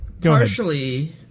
Partially